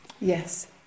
Yes